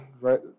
right